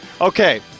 Okay